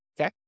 Okay